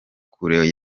kure